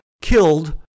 killed